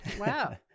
wow